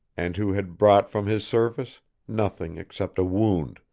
and who had brought from his service nothing except a wound,